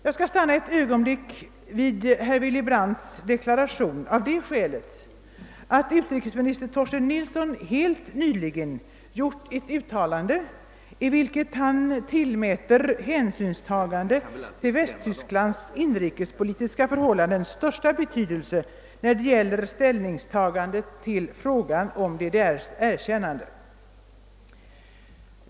Jag skall ett ögonblick stanna vid herr Willy Brandts deklaration av det skälet att utrikesminister Torsten Nilsson helt nyligen gjort ett uttalande i vilket han tillmätte hänsynstagandet till Västtysklands inrikespolitiska förhållanden största betydelse när det gäller ställningstagande till erkännande av DDR.